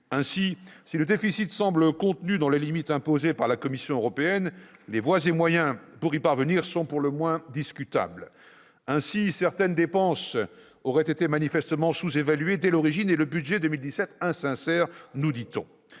coup. Si le déficit semble contenu dans les limites imposées par la Commission européenne, les voies et moyens pour y parvenir sont pour le moins discutables. Ainsi, certaines dépenses auraient été manifestement sous-évaluées dès l'origine, et le budget pour 2017 aurait